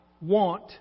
want